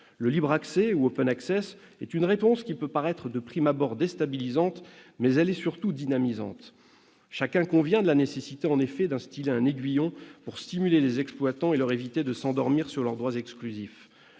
Le libre accès, ou, est une réponse qui peut paraître, de prime abord, déstabilisante, mais elle est surtout dynamisante. Chacun convient en effet de la nécessité d'instiller un aiguillon pour stimuler les exploitants et leur éviter de s'endormir sur leurs droits exclusifs.